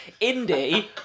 Indie